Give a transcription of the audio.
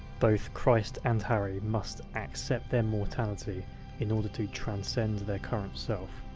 both christ and harry must accept their mortality in order to transcend their current self.